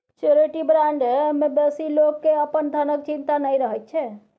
surety bond मे बेसी लोक केँ अपन धनक चिंता नहि रहैत छै